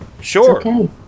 sure